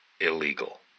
illegal